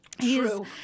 true